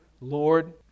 Lord